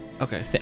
Okay